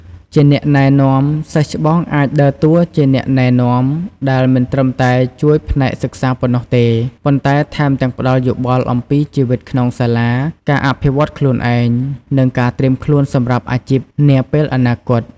ជាអ្នកណែនាំ សិស្សច្បងអាចដើរតួជាអ្នកណែនាំ ដែលមិនត្រឹមតែជួយផ្នែកសិក្សាប៉ុណ្ណោះទេ ប៉ុន្តែថែមទាំងផ្តល់យោបល់អំពីជីវិតក្នុងសាលា ការអភិវឌ្ឍខ្លួនឯង និងការត្រៀមខ្លួនសម្រាប់អាជីពនាពេលអនាគត។